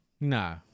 No